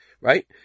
right